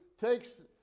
takes